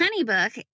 HoneyBook